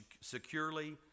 securely